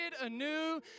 anew